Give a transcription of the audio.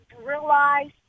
realize